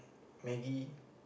maggie